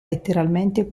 letteralmente